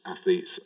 athletes